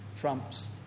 Trump's